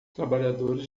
trabalhadores